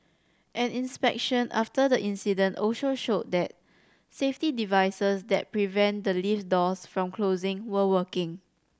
an inspection after the incident also showed that safety devices that prevent the lift doors from closing were working